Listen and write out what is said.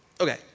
okay